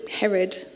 Herod